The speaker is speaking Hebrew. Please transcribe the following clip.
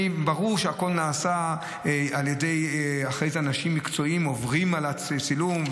ברור שהכול נעשה על ידי אנשים מקצועיים שעוברים אחר כך על הצילום.